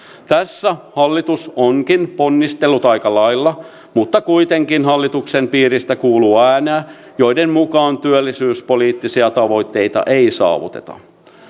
tässä hallitus onkin ponnistellut aika lailla mutta kuitenkin hallituksen piiristä kuuluu ääniä joiden mukaan työllisyyspoliittisia tavoitteita ei saavuteta